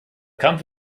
kampf